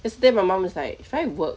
yesterday my mum was like fine with work